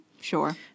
Sure